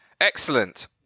Excellent